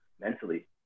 mentally